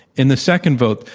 in the second vote,